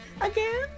Again